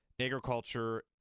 Agriculture